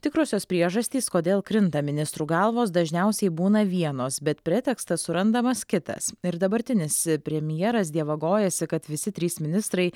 tikrosios priežastys kodėl krinta ministrų galvos dažniausiai būna vienos bet pretekstas surandamas kitas ir dabartinis premjeras dievagojasi kad visi trys ministrai